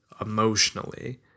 emotionally